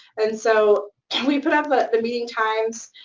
and so we put up the meeting times